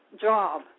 job